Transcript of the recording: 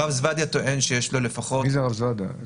הרב זבדיה טוען שיש לו בין 5 ל-10 תיקים בתל אביב.